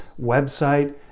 website